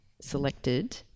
selected